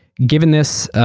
given this,